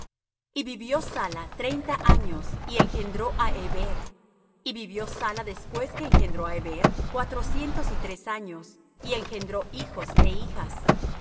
y vivió sala treinta años y engendró á heber y vivió sala después que engendró á heber cuatrocientos y tres años y engendró hijos é hijas